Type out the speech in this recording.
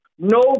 No